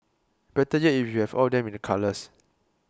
better yet if you have all them in the colours